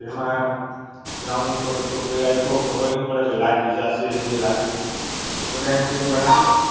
જેમાં ગ્રાઉન્ડ ઉપર તો પહેલાં એક બહુ ખબર નહીં પડે કે લાગી જશે નહીં લાગે બટ એમ ટીમ બનાવીએ